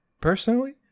personally